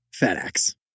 FedEx